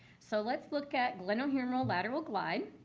so let's look at glenohumeral lateral glide.